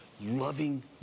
loving